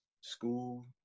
school